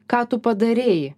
ką tu padarei